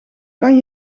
kan